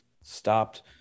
stopped